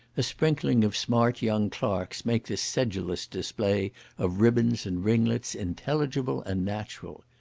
a sprinkling of smart young clerks make this sedulous display of ribbons and ringlets intelligible and natural.